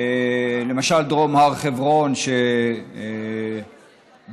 למשל דרום הר חברון, שבעיניי